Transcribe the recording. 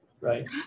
right